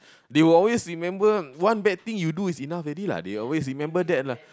they will always remember one bad thing you do is enough already lah they always remember that lah